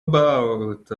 about